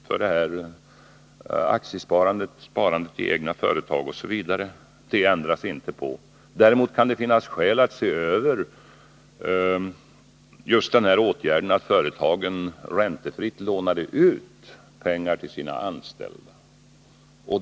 Reglerna för aktiesparandet, sparandet i egna företag m.m. ändrar vi inte på. Däremot kan det finnas skäl att se över just detta att företagen räntefritt lånar ut pengar till sina anställda.